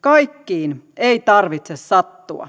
kaikkiin ei tarvitse sattua